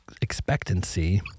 expectancy